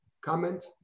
comment